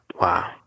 Wow